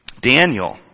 Daniel